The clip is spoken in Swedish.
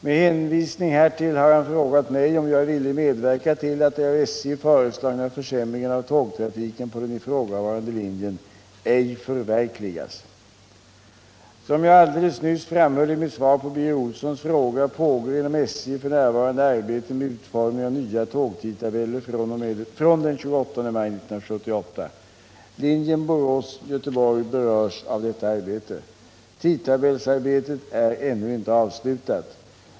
Med hänvisning härtill har han frågat mig om jag är villig medverka till att de av SJ föreslagna försämringarna av tågtrafiken på den ifrågavarande linjen ej förverkligas. Nn Som jag alldeles nyss framhöll i mitt svar på Birger Olssons fråga pågår inom SJ f. n. arbete med utformning av nya tågtidtabeller från den 28 maj 1978. Linjen Borås-Göteborg berörs av detta arbete. Tidtabellsarbetet är ännu inte avslutat.